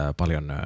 paljon